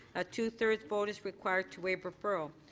a two-thirds vote is required to waive referral.